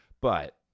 But-